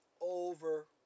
Over